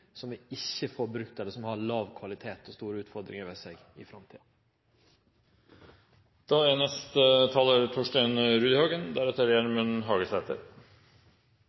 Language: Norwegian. som vi ikkje får brukt, eller som har låg kvalitet og store utfordringar ved seg i framtida. Sentralisering av veksten i norske byar og tettstader er